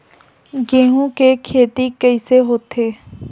गेहूं के खेती कइसे होथे?